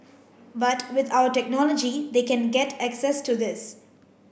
but with our technology they can get access to this